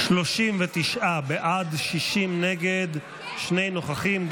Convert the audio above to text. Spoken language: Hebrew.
39 בעד, 60 נגד, שני נוכחים.